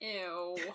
Ew